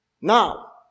Now